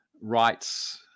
rights